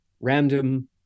random